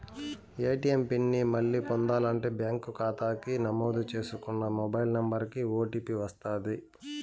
ATM PIN ని మళ్ళీ పొందాలంటే బ్యాంకు కాతాకి నమోదు చేసుకున్న మొబైల్ నంబరికి ఓ.టీ.పి వస్తది